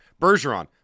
Bergeron